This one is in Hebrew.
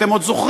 אתם עוד זוכרים,